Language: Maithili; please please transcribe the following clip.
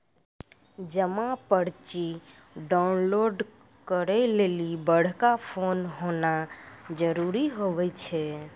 जमा पर्ची डाउनलोड करे लेली बड़का फोन होना जरूरी हुवै छै